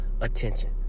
attention